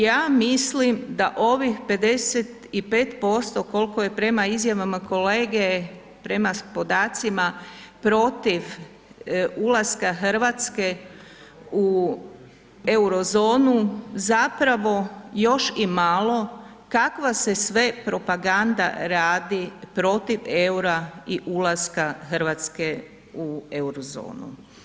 Ja mislim da ovih 55% koliko je prema izjavama kolege, prema podacima protiv ulaska Hrvatske u euro zonu zapravo još i malo kakva se sve propaganda radi protiv EUR-a i ulaska Hrvatske u euro zonu.